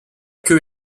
queue